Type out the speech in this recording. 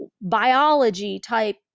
biology-type